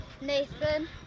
Nathan